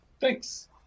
thanks